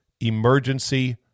emergency